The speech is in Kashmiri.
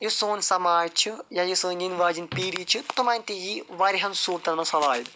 یہِ سون سماج چھُ یا یہِ سٲنۍ یِنہٕ واجٮ۪ن پیٖڑی چھِ تِمَن تہِ یی واریَہَن صوٗرتَن مَنٛز فَوایِد